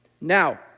Now